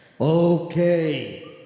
okay